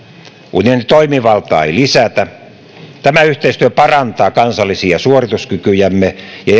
unionin toimivaltaa ei lisätä tämä yhteistyö parantaa kansallisia suorituskykyjämme ja